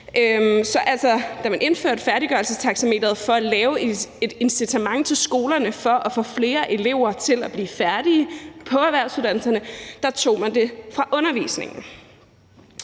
Da man indførte færdiggørelsestaxameteret for at lave et incitament til skolerne for at få flere elever til at blive færdige på erhvervsuddannelserne, tog man det fra undervisningen.